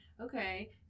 okay